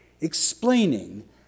explaining